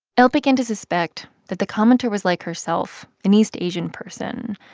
l begin to suspect that the commenter was like herself, an east asian person.